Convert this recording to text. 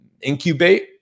incubate